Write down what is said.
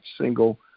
single